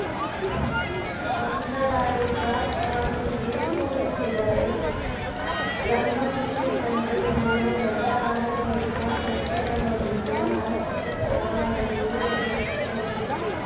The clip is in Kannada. ಸಾಂಪ್ರದಾಯಿಕ ಫಾರ್ಮ್ಗೆ ಹೋಲಿಸಿದರೆ ಲಂಬ ಕೃಷಿ ತಂತ್ರಜ್ಞಾನ ದೊಡ್ಡ ಆರಂಭಿಕ ವೆಚ್ಚಗಳೊಂದಿಗೆ ಆರ್ಥಿಕ ಸವಾಲನ್ನು ಎದುರಿಸ್ತವೆ